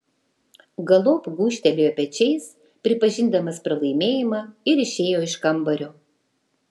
galop gūžtelėjo pečiais pripažindamas pralaimėjimą ir išėjo iš kambario